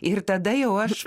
ir tada jau aš